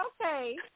okay